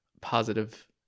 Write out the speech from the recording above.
positive